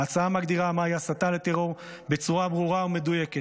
ההצעה מגדירה מהי הסתה לטרור בצורה ברורה ומדויקת.